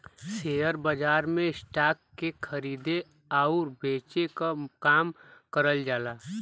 share बाजार में stock के खरीदे आउर बेचे क काम करल जाला